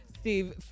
Steve